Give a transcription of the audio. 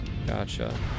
Gotcha